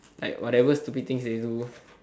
like whatever stupid things they do